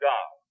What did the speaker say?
God